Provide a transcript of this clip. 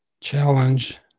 challenge